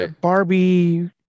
Barbie